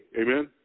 Amen